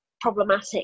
problematic